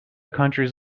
countries